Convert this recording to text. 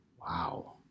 Wow